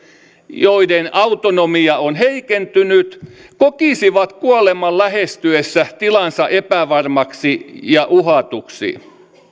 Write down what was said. joiden autonomia on heikentynyt kokisivat kuoleman lähestyessä tilansa epävarmaksi ja uhatuksi